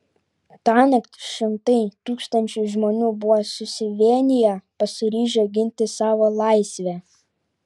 tąnakt šimtai tūkstančiai žmonių buvo susivieniję pasiryžę ginti savo laisvę